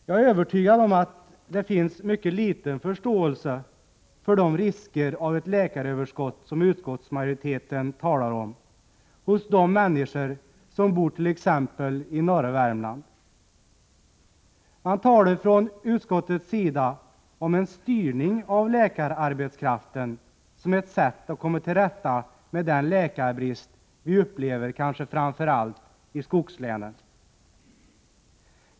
Jag är övertygad om att det hos de människor som bor t.ex. i norra Värmland finns mycket liten förståelse för de risker med det läkaröverskott som utskottsmajoriteten talar om. Man talar från utskottets sida om en styrning av läkararbetskraften som ett sätt att komma till rätta med den läkarbrist som vi upplever kanske framför allt i skogslänen.